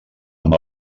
amb